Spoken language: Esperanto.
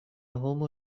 homo